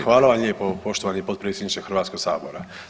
Hvala vam lijepo poštovani potpredsjedniče Hrvatskog sabora.